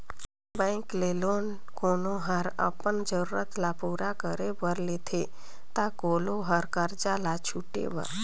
bank ले loan कोनो हर अपन जरूरत ल पूरा करे बर लेथे ता कोलो हर करजा ल छुटे बर